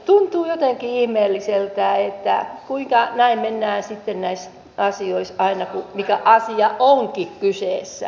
tuntuu jotenkin ihmeelliseltä että kuinka näin mennään sitten näissä asioissa aina mikä asia onkin kyseessä